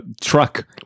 truck